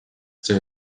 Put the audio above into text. töö